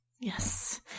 Yes